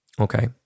Okay